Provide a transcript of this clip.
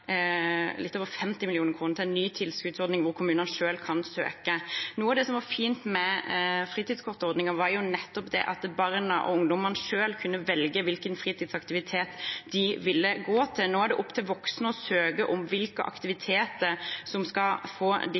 litt over 50 mill. kr til en ny tilskuddsordning hvor kommunene selv kan søke. Noe av det som var fint med fritidskortordningen, var jo nettopp det at barna og ungdommene selv kunne velge hvilken fritidsaktivitet de ville gå til. Nå er det opp til voksne å søke om hvilke aktiviteter som skal få disse midlene, og med det